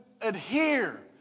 adhere